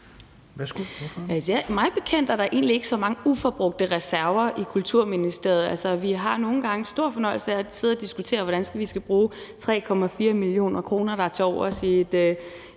Mig bekendt er der egentlig ikke så mange uforbrugte reserver i Kulturministeriet. Altså, vi har nogle gange stor fornøjelse af at sidde og diskutere, hvordan vi skal bruge 3,4 mio. kr., der er tilovers i et